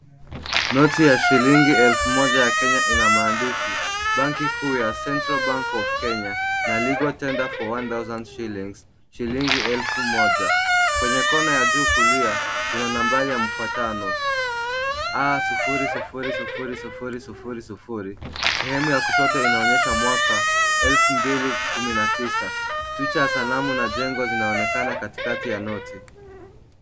Noti ya shilingi elfu moja ya Kenya, ina maandishi banki kuu ya Central Bank of Kenya na legal tender for 1000 shillings , shilingi elfu moja. Kwenye kona ya juu kulia kuna nambari ya mfuatano, A000000. Sehemu ya kushoto inaonyesha mwaka 2019. Picha ya sanamu na jengo zinaonekana katikati ya noti.